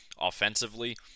offensively